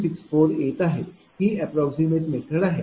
264 येत आहे ही अप्राक्समैट मेथड आहे